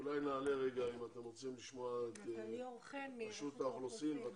אולי נעלה רגע אם אתם רוצים לשמוע מראשות האוכלוסין בבקשה.